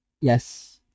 Yes